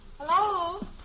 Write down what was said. Hello